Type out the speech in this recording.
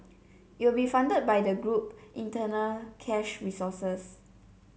it will be funded by the group internal cash resources